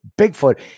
Bigfoot